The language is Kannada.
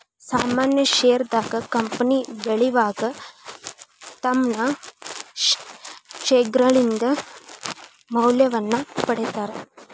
ಸಾಮಾನ್ಯ ಷೇರದಾರ ಕಂಪನಿ ಬೆಳಿವಾಗ ತಮ್ಮ್ ಷೇರ್ಗಳಿಂದ ಮೌಲ್ಯವನ್ನ ಪಡೇತಾರ